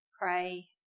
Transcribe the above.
Pray